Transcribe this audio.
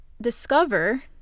discover